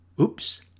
Oops